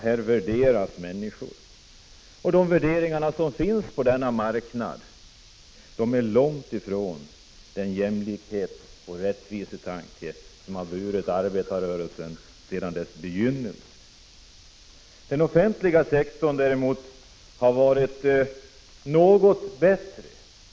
Här värderas människor. Värderingarna på denna marknad är långt ifrån den jämlikhetsoch rättvisetanke som har burit arbetarrörelsen sedan dess begynnelse. Förhållandena inom den offentliga sektorn har däremot varit något bättre.